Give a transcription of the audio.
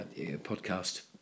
podcast